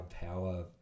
power